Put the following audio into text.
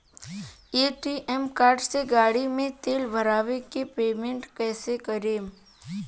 ATM card से गाड़ी मे तेल भरवा के पेमेंट कैसे करेम?